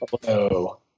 hello